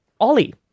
Ollie